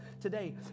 Today